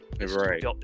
right